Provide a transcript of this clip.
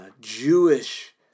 Jewish